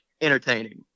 entertaining